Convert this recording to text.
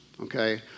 Okay